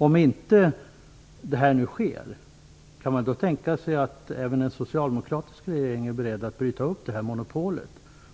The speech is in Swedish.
Om inte detta sker, kan man då tänka sig att även en socialdemokratisk regering är beredd att bryta upp monopolet